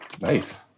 Nice